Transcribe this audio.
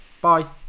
Bye